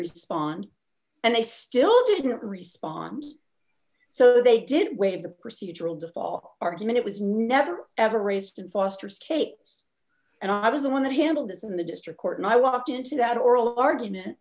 respond and they still didn't respond so they did waive the procedural default argument it was never ever raised in foster's case and i was the one that handled this in the district court and i walked into that oral argument